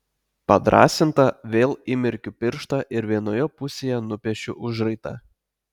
padrąsinta vėl įmerkiu pirštą ir vienoje pusėje nupiešiu užraitą